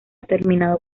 terminado